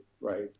right